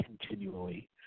continually